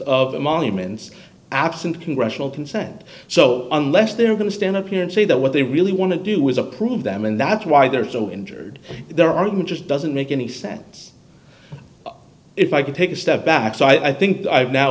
of emoluments absent congressional consent so unless they're going to stand up here and say that what they really want to do is approve them and that's why they're so injured their argument just doesn't make any sense if i could take a step back so i think i've now